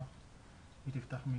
בירור